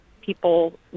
people